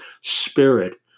spirit